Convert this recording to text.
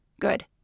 Good